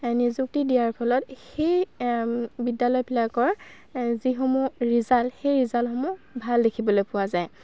নিযুক্তি দিয়াৰ ফলত সেই বিদ্যালয়বিলাকৰ যিসমূহ ৰিজাল্ট সেই ৰিজাল্টসমূহ ভাল দেখিবলৈ পোৱা যায়